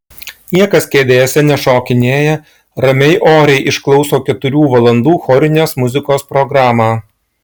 niekas kėdėse nešokinėja ramiai oriai išklauso keturių valandų chorinės muzikos programą